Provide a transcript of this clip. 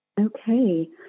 Okay